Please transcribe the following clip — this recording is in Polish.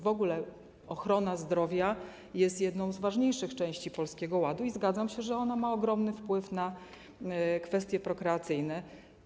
W ogóle ochrona zdrowia jest jedną z ważniejszych części Polskiego Ładu i zgadzam się, że ona ma ogromny wpływ na kwestie prokreacyjne.